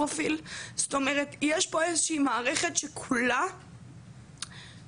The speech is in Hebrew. לא יודעת איך להתנהל במצבים האלו,